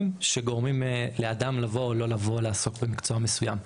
שגורמים לאדם לבוא או לא לבוא לעסוק במקצוע מסוים,